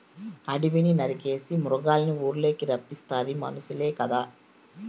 అడివిని నరికేసి మృగాల్నిఊర్లకి రప్పిస్తాది మనుసులే కదా